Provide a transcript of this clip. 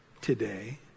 today